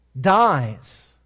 dies